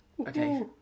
Okay